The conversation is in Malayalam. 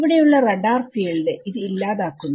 ഇവിടെയുള്ള റഡാർ ഫീൽഡ് ഇത് ഇല്ലാതാക്കുന്നു